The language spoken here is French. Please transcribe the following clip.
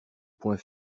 point